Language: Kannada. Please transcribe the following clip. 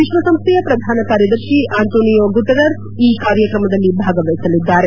ವಿಶ್ವಸಂಸ್ಥೆಯ ಪ್ರಧಾನ ಕಾರ್ಯದರ್ಶಿ ಆಂಟೋನಿಯೋ ಗುಟಿರರ್ಸ್ ಈ ಕಾರ್ಯಕ್ರಮದಲ್ಲಿ ಭಾಗವಹಿಸಲಿದ್ದಾರೆ